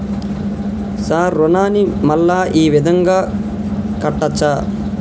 Sir రుణాన్ని మళ్ళా ఈ విధంగా కట్టచ్చా?